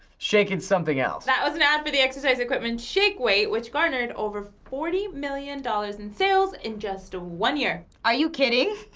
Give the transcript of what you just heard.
shaking something else. that was an ad for the exercise equipment shake weight, which garnered over forty million dollars in sales in just one year. are you kidding?